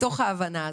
מתוך ההבנה הזאת.